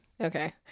Okay